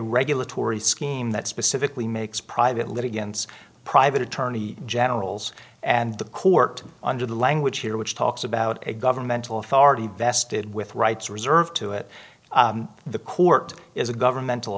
regulatory scheme that specifically makes private litigants private attorney generals and the court under the language here which talks about a governmental authority vested with rights reserved to it the court is a governmental